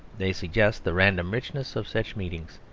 they suggest the random richness of such meetings,